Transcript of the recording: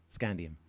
Scandium